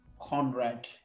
Conrad